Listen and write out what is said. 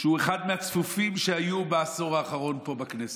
שהוא אחד מהצפופים שהיו בעשור האחרון פה בכנסת,